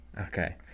Okay